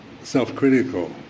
self-critical